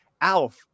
Alf